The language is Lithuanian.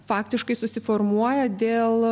faktiškai susiformuoja dėl